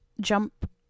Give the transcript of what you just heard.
jump